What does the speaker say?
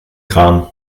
kram